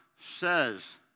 says